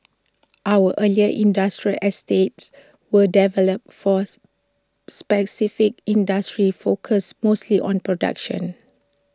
our earlier industrial estates were developed for specific industries focused mostly on production